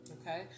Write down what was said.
okay